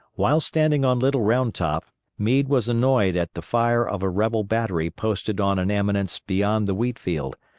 while standing on little round top meade was annoyed at the fire of a rebel battery posted on an eminence beyond the wheat-field,